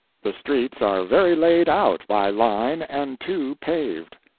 the streets are very layed out by line and too paved.